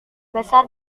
besar